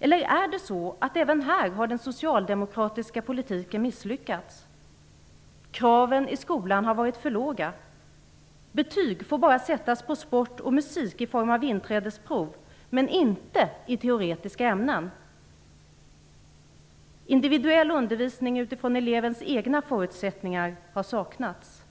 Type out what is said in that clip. Eller är det så att även här har den socialdemokratiska politiken misslyckats? Kraven i skolan har varit för låga. Betyg får sättas på sport och musik i form av inträdesprov men inte i teoretiska ämnen. Individuell undervisning utifrån elevens egna förutsättningar har saknats.